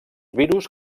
virus